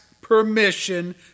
permission